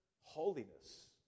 holiness